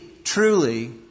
Truly